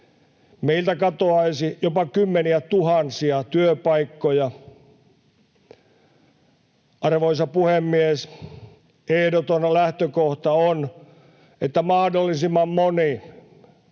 Meiltä katoaisi jopa kymmeniätuhansia työpaikkoja. Arvoisa puhemies! Ehdoton lähtökohta on, että mahdollisimman moni